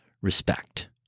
respect